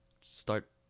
start